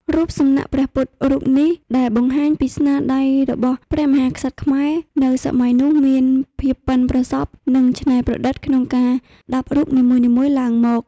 រូបសំណាក់ព្រះពុទ្ធរូបនេះដែលបង្ហាញអំពីស្នាដៃរបស់ព្រះមហាក្សត្រខ្មែរនៅសម័យនោះមានភាពបុិនប្រសប់និងច្នៃប្រឌិតក្នុងការដាប់រូបនីមួយៗឡើងមក។